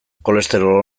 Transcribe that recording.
kolesterol